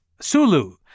Sulu